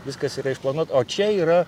viskas yra išplanuot o čia yra